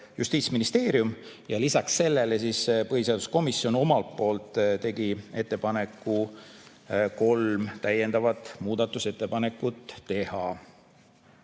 Justiitsministeerium ja lisaks sellele põhiseaduskomisjon omalt poolt tegi ettepaneku kolm täiendavat muudatusettepanekut teha.